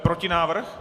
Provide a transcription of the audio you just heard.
Protinávrh?